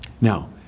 Now